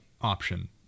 option